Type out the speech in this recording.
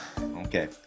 okay